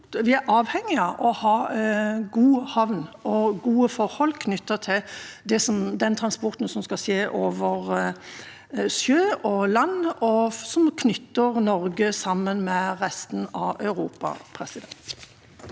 vi er avhengig av å ha en god havn og gode forhold knyttet til den transporten som skal skje over sjø og land, og som knytter Norge sammen med resten av Europa. Presidenten